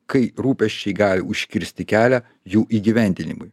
kai rūpesčiai gali užkirsti kelią jų įgyvendinimui